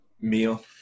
meal